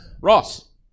Ross